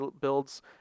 builds